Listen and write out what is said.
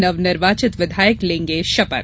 नवनिर्वाचित विधायक लेंगे शपथ